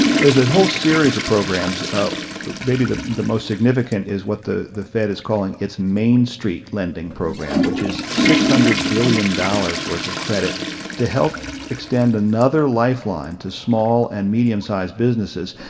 there's a whole series of programs maybe the the most significant is what the the fed is calling its main street lending program, which is six hundred billion dollars worth of credit to help extend another lifeline to small and medium-sized businesses.